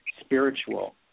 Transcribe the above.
spiritual